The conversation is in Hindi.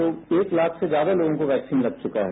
तो एक लाख से ज्यादा लोगों को वैक्सीन लग चुका है